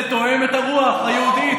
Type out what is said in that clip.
זה תואם את הרוח היהודית?